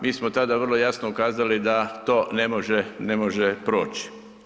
Mi smo tada vrlo jasno ukazali da to ne može proći.